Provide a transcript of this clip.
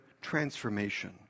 transformation